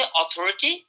authority